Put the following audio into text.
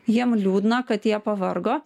jiem liūdna kad jie pavargo